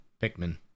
Pikmin